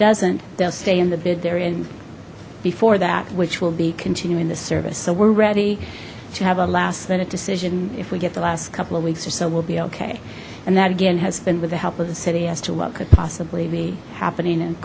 doesn't they'll stay in the bid therein before that which will be continuing the service so we're ready to have a last minute decision if we the last couple of weeks or so will be okay and that again has been with the help of the city as to what could possibly be happening and